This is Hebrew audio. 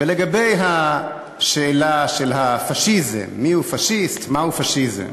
ולגבי השאלה של הפאשיזם, מיהו פאשיסט, מהו פאשיזם,